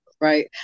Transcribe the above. Right